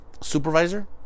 supervisor